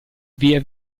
via